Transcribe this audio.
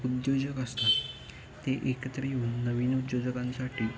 उद्योजक असतात ते एकत्र येऊन नवीन उद्योजकां साठी